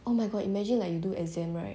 oh my god imagine like you do exam right